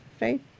right